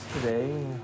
today